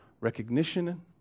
recognition